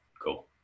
cool